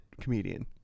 comedian